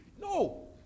No